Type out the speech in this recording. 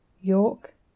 York